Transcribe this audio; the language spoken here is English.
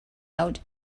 out